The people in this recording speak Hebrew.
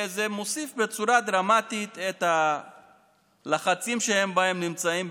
זה מוסיף בצורה דרמטית ללחצים שהם נמצאים בהם,